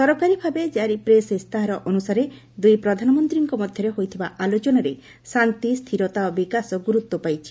ସରକାରୀ ଭାବେ ଜାରି ପ୍ରେସ୍ ଇସ୍ତାହାର ଅନୁସାରେ ଦୁଇ ପ୍ରଧାନମନ୍ତ୍ରୀଙ୍କ ମଧ୍ୟରେ ହୋଇଥିବା ଆଲୋଚନାରେ ଶାନ୍ତି ସ୍ଥିରତା ଓ ବିକାଶ ଗୁରୁତ୍ୱ ପାଇଛି